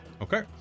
Okay